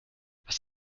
was